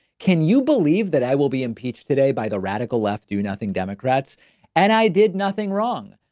can you believe that i will be impeached today by the radical left. do nothing. democrats and i did nothing wrong,